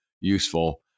useful